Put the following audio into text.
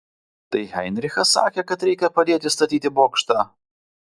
tai heinrichas sakė kad reikia padėti statyti bokštą